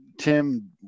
Tim